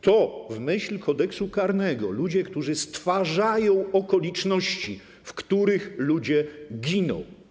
To w myśl Kodeksu karnego ludzie, którzy stwarzają okoliczności, w których ludzie giną.